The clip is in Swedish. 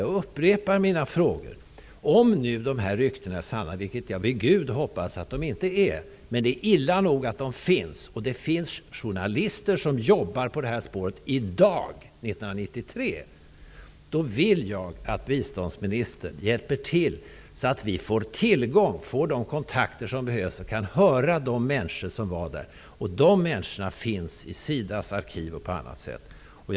Jag hoppas vid Gud att dessa rykten inte är sanna, men det är illa nog att de finns. Det finns journalister som i dag 1993 jobbar med dessa rykten. Därför vill jag att biståndsministern hjälper till så att vi får de kontakter som behövs och kan höra de människor som var där. Dessa människor finns bl.a. i SIDA:s arkiv.